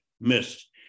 Missed